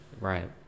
right